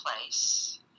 place